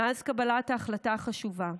מאז קבלת ההחלטה החשובה,